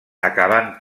acabant